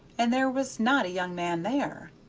and there was not a young man there.